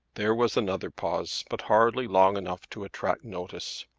there was another pause, but hardly long enough to attract notice.